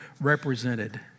represented